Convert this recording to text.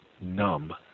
numb